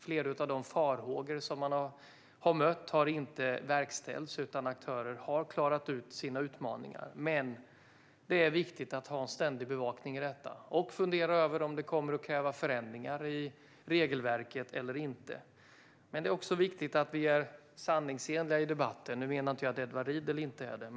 Flera av farhågorna har inte verkställts, utan aktörer har klarat ut sina utmaningar. Men det är viktigt med ständig bevakning av detta och att fundera över om det kommer att krävas förändringar av regelverket eller inte. Det är också viktigt att vi är sanningsenliga i debatten. Jag menar inte att Edward Riedl inte är det.